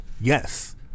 yes